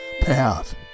path